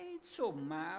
insomma